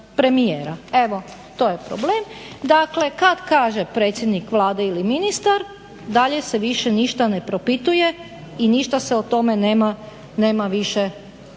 Evo, to je problem. Dakle, kad kaže predsjednik Vlade ili ministar dalje se više ništa ne propituje i ništa se o tome nema više razgovarat.